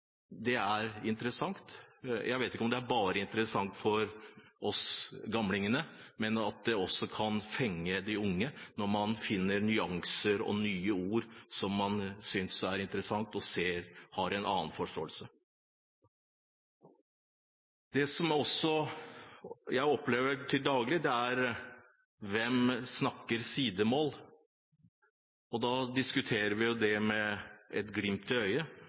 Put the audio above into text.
Det er interessant. Jeg vet ikke om det bare er interessant for oss gamlinger, jeg tror at det også kan fenge de unge, når man finner nyanser og nye ord som man synes er interessante og får en annen forståelse. Det jeg også opplever daglig, er diskusjonen om hvem som snakker sidemål, og da diskuterer vi det med et